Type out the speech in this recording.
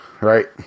right